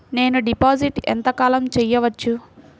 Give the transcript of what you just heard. నేను డిపాజిట్ ఎంత కాలం చెయ్యవచ్చు?